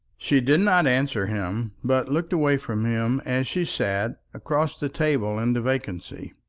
she did not answer him, but looked away from him as she sat, across the table into vacancy.